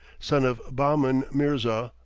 son of baahman mirza,